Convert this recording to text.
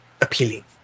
appealing